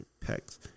pecs